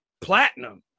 platinum